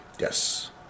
Yes